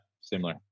similar